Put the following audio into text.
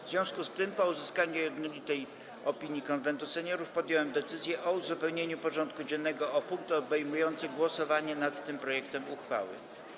W związku z tym, po uzyskaniu jednolitej opinii Konwentu Seniorów, podjąłem decyzję o uzupełnieniu porządku dziennego o punkt obejmujący głosowanie nad tym projektem uchwały.